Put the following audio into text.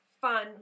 fun